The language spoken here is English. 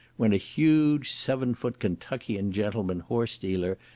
when a huge seven-foot kentuckian gentleman horse-dealer,